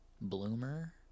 bloomer